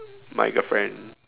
my girlfriend